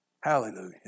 Hallelujah